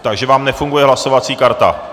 Takže vám nefunguje hlasovací karta.